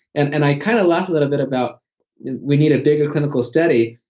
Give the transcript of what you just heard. and and i kind of laugh a little bit about we need a bigger clinical study,